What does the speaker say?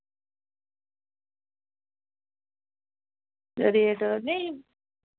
rate नेईं